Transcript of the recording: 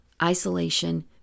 isolation